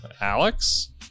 Alex